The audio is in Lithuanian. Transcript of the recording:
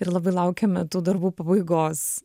ir labai laukiame tų darbų pabaigos